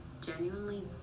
genuinely